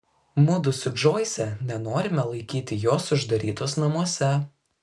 mudu su džoise nenorime laikyti jos uždarytos namuose